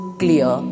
clear